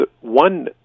one